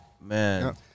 Man